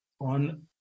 on